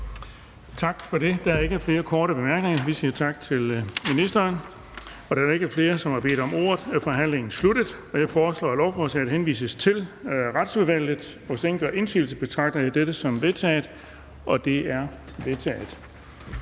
Tak for det. Der er ikke flere korte bemærkninger. Vi siger tak til ministeren. Da der ikke er flere, som har bedt om ordet, er forhandlingen sluttet. Jeg foreslår, at lovforslaget henvises til Retsudvalget. Hvis ingen gør indsigelse, betragter jeg dette som vedtaget. Det er vedtaget.